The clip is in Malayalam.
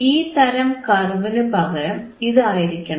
ഈ തരം കർവിനു പകരം ഇതായിരിക്കണം